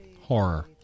horror